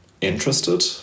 interested